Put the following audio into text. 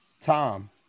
Tom